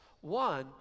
One